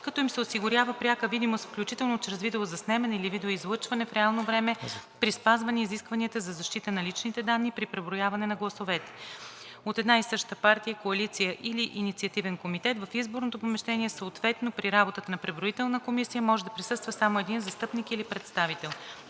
като им се осигурява пряка видимост включително чрез видеозаснемане или видеоизлъчване в реално време при спазване изискванията за защита на личните данни при преброяване на гласовете. От една и съща партия, коалиция или инициативен комитет в изборното помещение съответно при работата на преброителна комисия може да присъства само един застъпник или представител.“